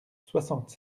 soixante